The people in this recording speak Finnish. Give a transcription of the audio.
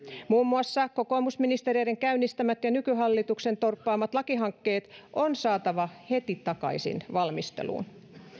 muun muassa kokoomusministereiden käynnistämät ja nykyhallituksen torppaamat lakihankkeet on saatava heti takaisin valmisteluun